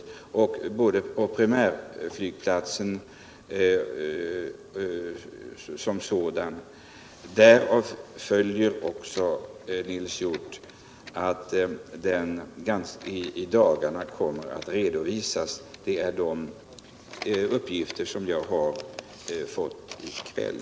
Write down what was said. Detta gäller även frågan om primärflygplatsen. Tillsättningen av utredningen kommer att redovisas i dagarna. Detta är uppgifter som jag har fått i kväll.